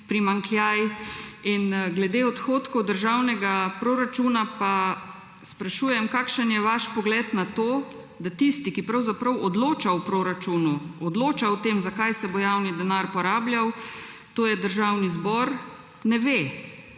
primanjkljaj? Glede odhodkov državnega proračuna pa sprašujem: Kakšen je vaš pogled na to, da tisti, ki pravzaprav odloča o proračunu, odloča o tem, zakaj se bo javni denar porabljal, to je Državni zbor, ne ve,